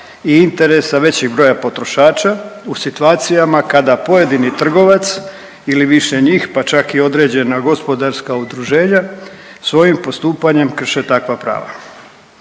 i interesa većeg broja potrošača u situacijama kada pojedini trgovac ili više njih, pa čak i određena gospodarska udruženja svojim postupanjem krše takva prava.